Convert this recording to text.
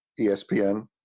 ESPN